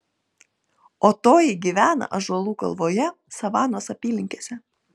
o toji gyvena ąžuolų kalvoje savanos apylinkėse